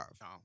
No